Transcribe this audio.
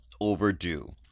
overdue